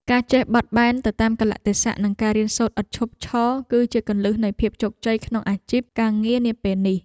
ការចេះបត់បែនទៅតាមកាលៈទេសៈនិងការរៀនសូត្រឥតឈប់ឈរ គឺជាគន្លឹះនៃភាពជោគជ័យក្នុងអាជីពការងារនាពេលនេះ។